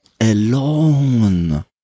alone